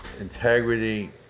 integrity